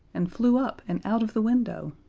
and flew up and out of the window.